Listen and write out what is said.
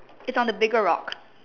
it's on the bigger rock